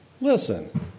Listen